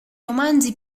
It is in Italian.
romanzi